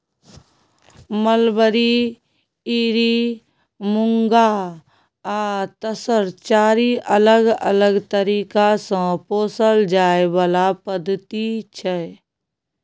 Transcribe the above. mulberry, eri, muga आ तसर चारि अलग अलग तरीका सँ पोसल जाइ बला पद्धति छै